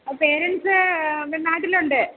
parents നാട്ടിലുണ്ട്